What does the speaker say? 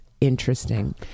Interesting